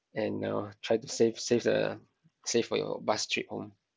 and uh try to save save the save for your bus trip home